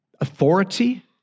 authority